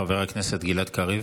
חבר הכנסת גלעד קריב.